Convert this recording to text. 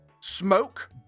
Smoke